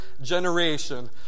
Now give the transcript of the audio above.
generation